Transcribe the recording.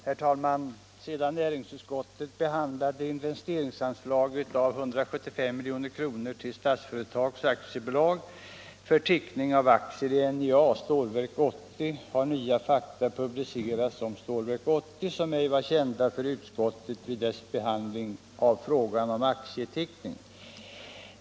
Herr talman! Sedan näringsutskottet behandlade frågan om ett investeringsanslag av 175 milj.kr., till Statsföretag AB för teckning av aktier i NJA, avseende Stålverk 80, har nya fakta publicerats om Stålverk 80, som ej var kända för utskottet vid dess behandling av frågan om aktieteckningen.